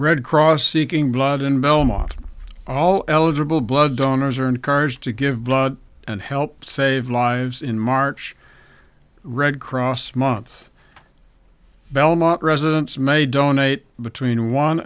red cross seeking blood in belmont all eligible blood donors are encouraged to give blood and help save lives in march red cross months belmont residents may donate between one